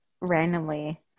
randomly